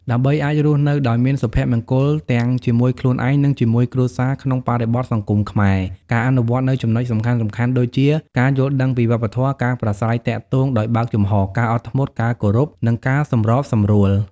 ដើម្បីអាចរស់នៅដោយមាន សុភមង្គលទាំងជាមួយខ្លួនឯង និងជាមួយគ្រួសារក្នុងបរិបទសង្គមខ្មែរ ការអនុវត្តនូវចំណុចសំខាន់ៗដូចជា ការយល់ដឹងពីវប្បធម៌ ការប្រាស្រ័យទាក់ទងដោយបើកចំហរ ការអត់ធ្មត់ ការគោរព និងការសម្របសម្រួល។